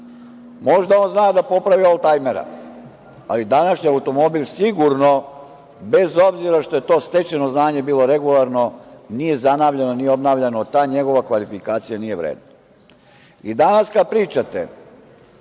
Možda on zna da popravi oldtajmera, ali današnji automobil sigurno, bez obzira što je to stečeno znanje bilo regularno, nije zanavljano, nije obnavljano, ta njegova kvalifikacija nije vredna. Danas kada pričate,